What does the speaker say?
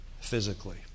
physically